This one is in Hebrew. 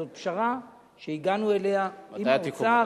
זו פשרה שהגענו אליה עם האוצר,